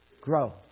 grow